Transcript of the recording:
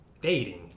dating